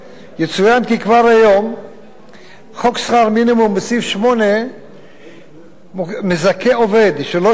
יצוין כי כבר היום חוק שכר מינימום בסעיף 8 מזכה עובד שלא שולם לו